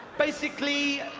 basically,